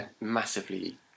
massively